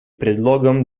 предлогом